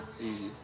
Easy